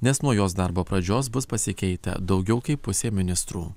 nes nuo jos darbo pradžios bus pasikeitę daugiau kaip pusė ministrų